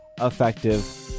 effective